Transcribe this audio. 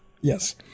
yes